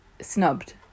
snubbed